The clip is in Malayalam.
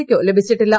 യ്ക്കോ ലഭിച്ചിട്ടില്ല